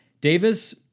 Davis